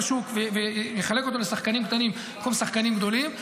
השוק ויחלק אותו לשחקנים קטנים במקום שחקנים גדולים.